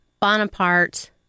Bonaparte